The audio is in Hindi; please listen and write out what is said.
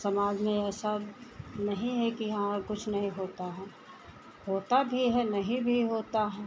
समाज में ऐसा नहीं है कि हाँ और कुछ नहीं होता है होता भी है नहीं भी होता है